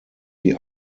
die